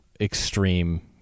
extreme